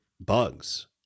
bugs